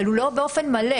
אבל הוא לא באופן מלא.